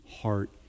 heart